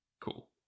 Cool